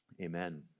Amen